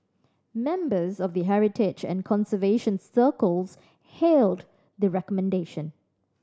members of the heritage and conservation circles hailed the recommendation